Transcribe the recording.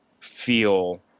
feel